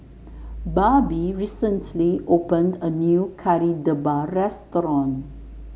Barbie recently opened a new Kari Debal restaurant